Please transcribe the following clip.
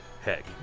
Heck